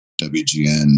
wgn